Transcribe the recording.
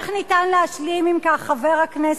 למה?